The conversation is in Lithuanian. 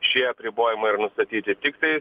šie apribojimai ir nustatyti tiktais